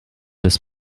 des